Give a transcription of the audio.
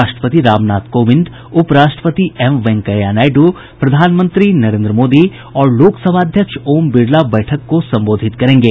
राष्ट्रपति रामनाथ कोविंद उप राष्ट्रपति वेंकैया नायडू प्रधानमंत्री नरेन्द्र मोदी और लोकसभा अध्यक्ष ओम बिरला बैठक को संबोधित करेंगे